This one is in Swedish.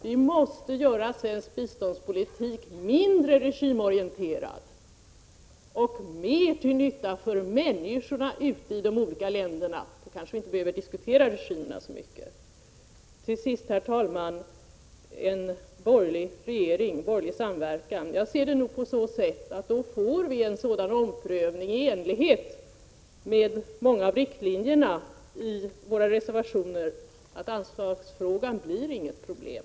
Vi måste göra svensk biståndspolitik mindre regimorienterad och mer till nytta för människorna i de olika länderna. Vi behöver kanske inte diskutera regimerna så mycket. Herr talman! Till sist några ord om borgerlig samverkan. Får vi en omprövning i enlighet med många av riktlinjerna i våra reservationer, blir inte anslagsfrågan något problem.